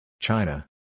China